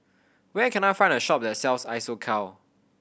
where can I find a shop that sells Isocal